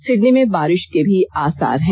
Sydney में बारिष के आसार हैं